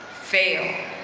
fail.